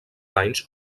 banys